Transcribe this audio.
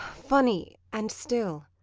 funny and still.